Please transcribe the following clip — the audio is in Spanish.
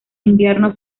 invierno